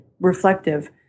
reflective